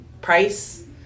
price